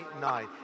night